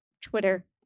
Twitter